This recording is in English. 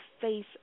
face